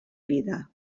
vida